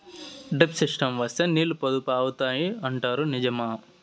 Drip system వేస్తే నీళ్లు పొదుపు అవుతాయి అంటారు నిజమా?